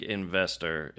investor